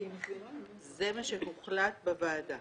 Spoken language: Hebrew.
זה מה שהוחלט בוועדה.